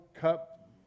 cup